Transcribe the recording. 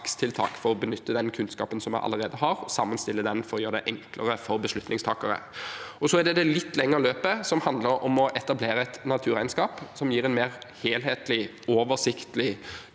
for å benytte den kunnskapen som vi allerede har, og sammenstille den for å gjøre det enklere for beslutningstakere. Så er det det litt lengre løpet, som handler om å etablere et naturregnskap som gir en mer helhetlig og oversiktlig